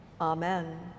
Amen